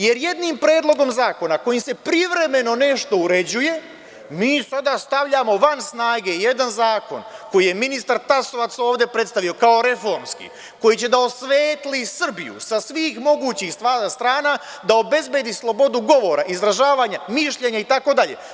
Jer, jednim predlogom zakona kojim se privremeno nešto uređuje, mi sada stavljamo van snage jedan zakon koji je ministar Tasovac ovde predstavio kao reformski, koji će da osvetli Srbiju sa svih mogućih strana, da obezbedi slobodu govora, izražavanja mišljenja, itd.